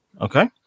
Okay